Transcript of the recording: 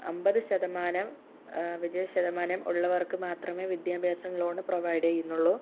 അൻപത് ശതമാനം വിജയശതമാനം ഉള്ളവർക്ക് മാത്രമേ വിദ്യാഭ്യാസ ലോൺ പ്രൊവൈഡ് ചെയ്യുന്നുള്ളൂ